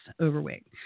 overweight